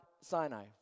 Sinai